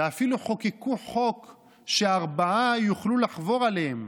ואפילו חוקקו חוק שארבעה יוכלו לחבור אליהם,